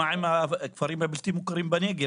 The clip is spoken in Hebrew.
מה עם הכפרים הבלתי מוכרים בנגב,